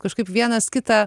kažkaip vienas kitą